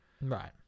Right